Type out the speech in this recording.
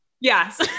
Yes